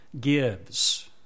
gives